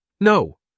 No